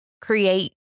create